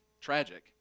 tragic